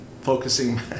focusing